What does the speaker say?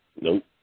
Nope